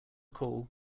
call